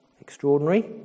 Extraordinary